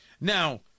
Now